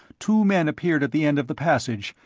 two men appeared at the end of the passage,